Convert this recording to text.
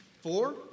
four